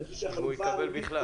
אם הוא יקבל בכלל.